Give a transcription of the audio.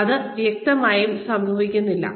അത് വ്യക്തമായും സംഭവിക്കുന്നില്ല